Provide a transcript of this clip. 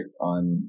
on